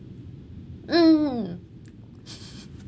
mm